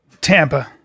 Tampa